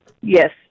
Yes